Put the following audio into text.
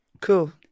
Cool